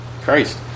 Christ